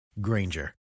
Granger